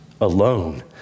alone